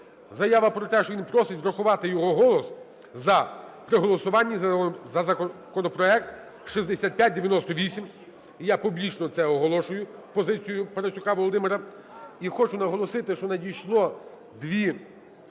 Заява про те, що він просить врахувати його голос "за" при голосуванні за законопроект 6598. Я публічно це оголошую, позицію Парасюка Володимира. І хочу наголосити, що надійшло дві